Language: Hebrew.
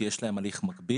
כי יש להם הליך מקביל.